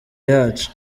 yacu